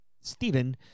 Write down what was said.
Stephen